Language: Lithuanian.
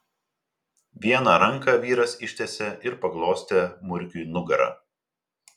vieną ranką vyras ištiesė ir paglostė murkiui nugarą